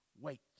wait